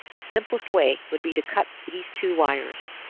the simplest way would be to cut these two wires.